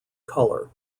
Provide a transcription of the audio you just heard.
color